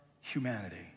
humanity